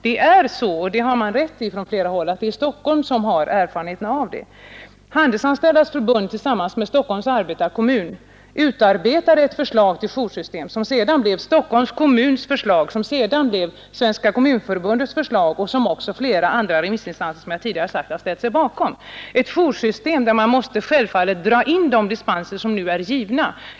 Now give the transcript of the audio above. Det har sagts från flera håll, och det har man rätt i, att det är Stockholm som har erfarenheterna härvidlag. Handelsanställdas avd. 20 i Stockholm tillsammans med Stockholms arbetarekommun utarbetade ett förslag till joursystem, som sedan blev Stockholms kommuns förslag och därefter Svenska kommunförbundets förslag. Som jag tidigare sagt, har flera remissinstanser också ställt sig bakom det. Ett joursystem förutsätter självfallet att man drar in de dispenser som nu är givna.